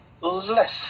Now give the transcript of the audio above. less